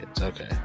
Okay